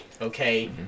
okay